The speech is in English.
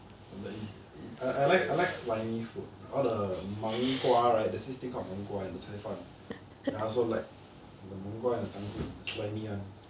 I like I like slimy food all the mao gua right there is this thing called mao gua in the cai fan and I also like the mao gua and the slimy [one]